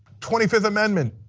twenty fifth amendment,